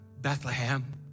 Bethlehem